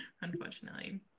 unfortunately